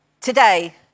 Today